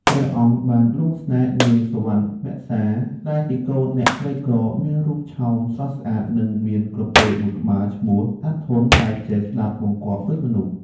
ព្រះអង្គបានលង់ស្នេហ៍នាងសុវណ្ណមសា ដែលជាកូនអ្នកក្រីក្រ មានរូបឆោមស្រស់ស្អាត និងមានក្រពើមួយក្បាលឈ្មោះ អាធន់ ដែលចេះស្ដាប់បង្គាប់ដូចមនុស្ស។